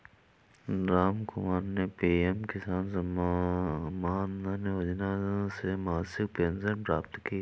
रामकुमार ने पी.एम किसान मानधन योजना से मासिक पेंशन प्राप्त की